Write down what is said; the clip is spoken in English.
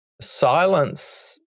silence